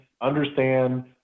Understand